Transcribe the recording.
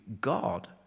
God